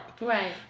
Right